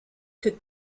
could